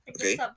Okay